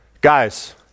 Guys